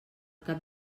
cap